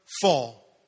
fall